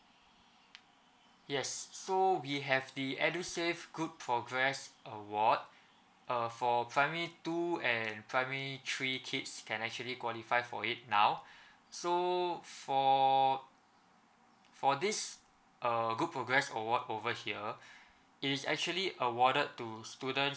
yes so we have the edusave good progress award uh for primary two and primary three kids can actually qualify for it now so for for this err good progress award over here is actually awarded to student